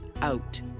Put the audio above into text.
out